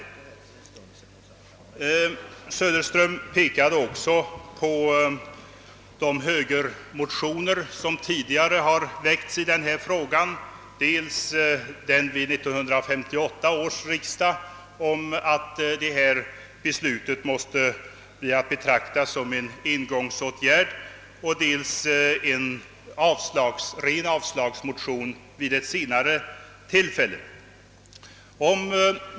Herr Söderström hänvisade också till de högermotioner som tidigare har väckts i denna fråga, dels vid 1958 års riksdag om att det lån som riksdagen då beviljade skulle betraktas som en engångsåtgärd, dels en motion vid ett senare tillfälle om avslag på ytterligare stöd.